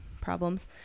problems